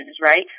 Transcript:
right